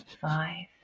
five